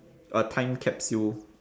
a time capsule